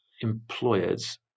employers